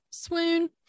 swoon